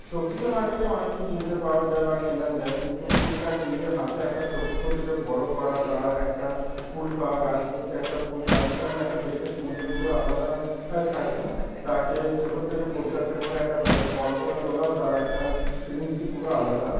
সবজি তো মার্কেটে অনেকই কিনতে পাওয়া যায় বা কেনা যায় কিন্তু ফুল গাছ নিজের হাতে একটা ছোট্ট থেকে বড় করা তার একটা ফুল পাওয়া গাছ করতে একটা ফুল তার যেমন একটা দেখতে সৌন্দর্য আলাদা থাকে তাকে ছোটর থেকে পরিচর্যা করে একটা বড় করে তোলাও তার একটা ফিলিংসই পুরো আলাদা